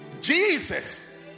Jesus